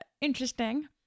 interesting